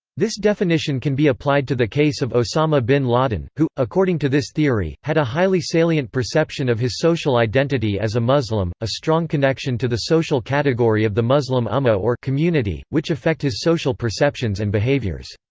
this definition can be applied to the case of osama bin laden, who, according to this theory, had a highly salient perception of his social identity as a muslim, a strong connection to the social category of the muslim ummah or community, which affect his social perceptions and behaviors.